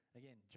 again